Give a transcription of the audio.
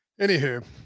Anywho